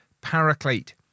paraclete